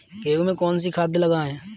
गेहूँ में कौनसी खाद लगाएँ?